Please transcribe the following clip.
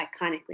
iconically